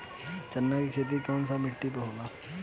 चन्ना के खेती कौन सा मिट्टी पर होला?